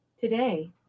Today